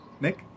Nick